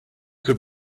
could